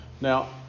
Now